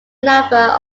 number